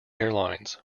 airlines